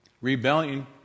rebellion